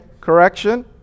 Correction